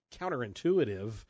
counterintuitive